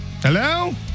Hello